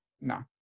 no